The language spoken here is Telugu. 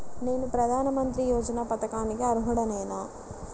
నేను ప్రధాని మంత్రి యోజన పథకానికి అర్హుడ నేన?